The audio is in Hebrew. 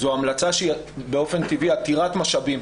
זו המלצה שהיא באופן טבעי עתירת משאבים,